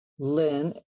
Lynn